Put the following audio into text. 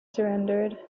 surrendered